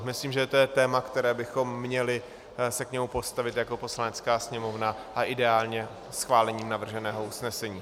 Myslím, že to je téma, ke kterému bychom se měli postavit jako Poslanecká sněmovna, a ideálně schválení navrženého usnesení.